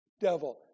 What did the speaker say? devil